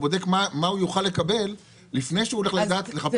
והוא בודק מה הוא יוכל לקבל לפני שהוא הולך לחפש דירה.